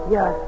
Yes